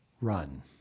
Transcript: Run